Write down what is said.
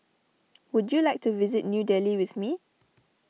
would you like to visit New Delhi with me